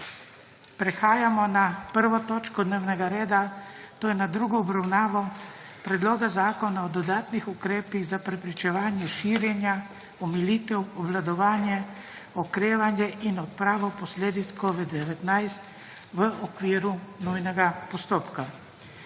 prekinjeno **1. točko dnevnega reda, to je z drugo obravnavo predloga Zakona o dodatnih ukrepih za preprečevanje širjenja, omilitev, obvladovanje, okrevanje in odpravo posledic COVID-19** v okviru nujnega postoka.